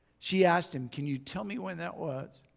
she asked him can you tell me when that was.